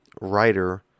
writer